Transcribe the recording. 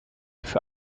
für